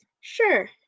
Sure